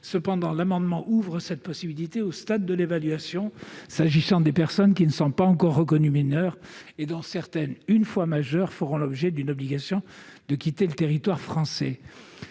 de séjour. L'amendement ouvre toutefois cette possibilité au stade de l'évaluation, c'est-à-dire pour des personnes qui ne sont pas encore reconnues mineures et dont certaines, une fois majeures, seront soumises à une obligation de quitter le territoire français.